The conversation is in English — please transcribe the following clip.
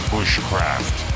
Bushcraft